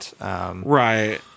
Right